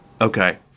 Okay